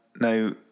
Now